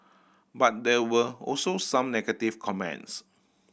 but there were also some negative comments